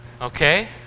Okay